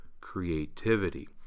creativity